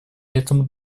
этому